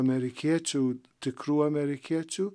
amerikiečių tikrų amerikiečių